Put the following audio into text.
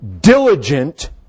diligent